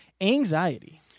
anxiety